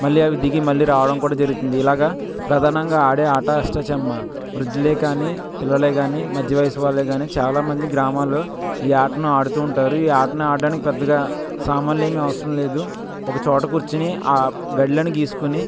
మళ్ళీ అవి దిగి మళ్ళీ రావడం కూడా జరుగుతుంది ఇలాగ ప్రధానంగా ఆడే ఆటా అష్టచమ్మ వృద్దులే కాని పిల్లలే కాని మధ్య వయసు వాళ్ళే కానీ చాలా మంది గ్రామాల్లో ఈ ఆటను ఆడుతుంటారు ఈ ఆటను ఆడటానికి పెద్దగా సామాన్లు ఏమి అవసరం లేదు ఒక చోట కూర్చొని ఆ గళ్ళను గీసుకొని